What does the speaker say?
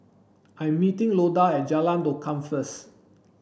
I am meeting Loda at Jalan Lokam first